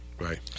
Right